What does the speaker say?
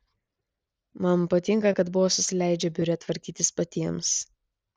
man patinka kad bosas leidžia biure tvarkytis patiems